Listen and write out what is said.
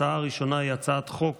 ההצעה הראשונה היא הצעת חוק